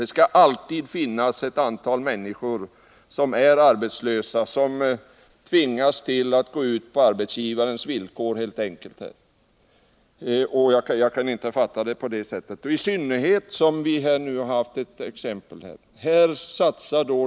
Det skall alltid finnas ett antal människor som är arbetslösa och som helt enkelt tvingas att gå ut på arbetsgivarens villkor. Jag kan inte fatta det hela på annat sätt, i synnerhet som vi har haft exempel på detta.